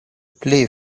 play